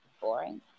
boring